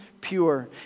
pure